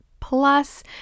Plus